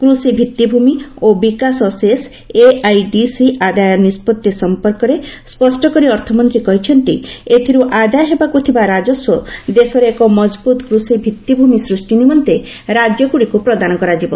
କୁଷି ଭିଭିଭୂମି ଓ ବିକାଶ ସେସ୍ଏଆଇଡିସି ଆଦାୟ ନିଷ୍ପଭ୍ତି ସମ୍ପର୍କରେ ସ୍ୱଷ୍ଟକରି ଅର୍ଥମନ୍ତ୍ରୀ କହିଛନ୍ତି ଏଥିରୁ ଆଦାୟ ହେବାକୁ ଥିବା ରାଜସ୍ୱ ଦେଶରେ ଏକ ମଜବୁତ କୃଷି ଭିଭି଼ମି ସୃଷ୍ଟି ନିମନ୍ତେ ରାଜ୍ୟଗୁଡିକୁ ପ୍ରଦାନ କରାଯିବ